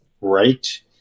right